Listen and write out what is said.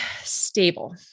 stable